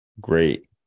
great